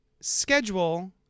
schedule